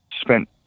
Spent